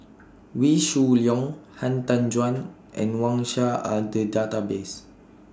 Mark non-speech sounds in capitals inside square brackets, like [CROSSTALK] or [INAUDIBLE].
Wee Shoo Leong Han Tan Juan and Wang Sha Are Data [UNINTELLIGIBLE] Base